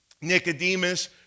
Nicodemus